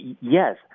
yes